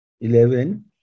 eleven